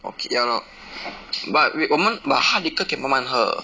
okay ya lor but we 我们 but hard liquor 可以慢慢喝